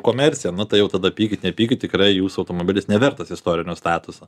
komercija nu tai jau tada pykit nepykit tikrai jūsų automobilis nevertas istorinio statuso